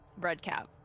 Redcap